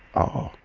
ah!